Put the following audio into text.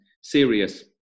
serious